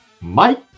Mike